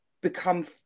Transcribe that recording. become